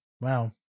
wow